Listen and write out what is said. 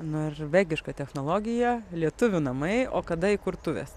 norvegiška technologija lietuvių namai o kada įkurtuvės